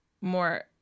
more